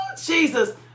Jesus